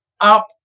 up